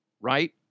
Right